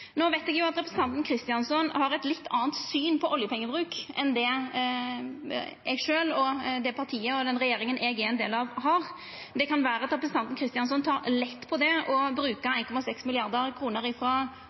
veit eg at representanten Kristjánsson har eit litt anna syn på oljepengebruk enn det eg sjølv, og det partiet og den regjeringa eg er ein del av, har. Det kan vera at representanten Kristjánsson tek lett på det å bruka